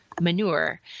manure